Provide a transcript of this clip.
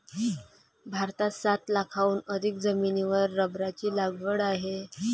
भारतात सात लाखांहून अधिक जमिनीवर रबराची लागवड आहे